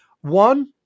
One